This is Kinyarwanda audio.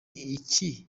iki